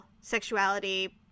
sexuality